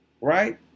right